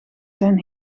zijn